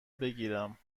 بگیرم